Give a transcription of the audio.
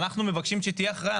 ואנחנו מבקשים שתהיה הכרעה.